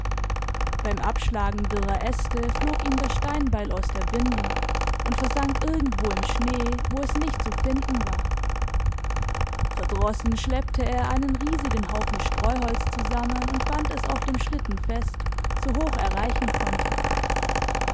beim abschlagen dürrer äste flog ihm das steinbeil aus der bindung und versank irgendwo im schnee wo es nicht zu finden war verdrossen schleppte er einen riesigen haufen streuholz zusammen und band es auf dem schlitten fest so hoch er reichen konnte